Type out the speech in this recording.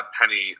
Penny